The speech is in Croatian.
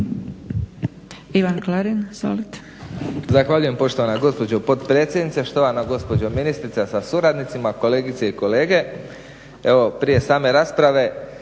Ivan Klarin, izvolite.